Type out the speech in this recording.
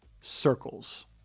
circles